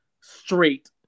straight